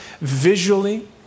visually